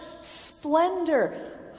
splendor